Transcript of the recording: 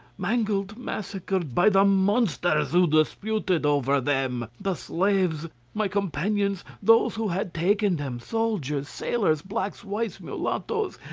mangled, massacred, by the monsters who disputed over them. the slaves, my companions, those who had taken them, soldiers, sailors, blacks, whites, mulattoes,